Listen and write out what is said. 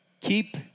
Keep